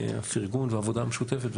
הפרגון והעבודה המשותפת,